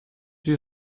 sie